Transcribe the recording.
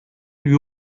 lui